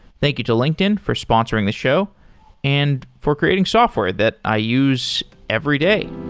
thank you to linkedin for sponsoring this show and for creating software that i use every day